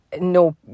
no